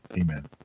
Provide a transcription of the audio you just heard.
Amen